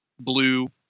blue